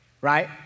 right